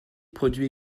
produit